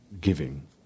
giving